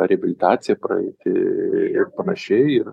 reabilitaciją praeiti ir panašiai ir